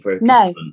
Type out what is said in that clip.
No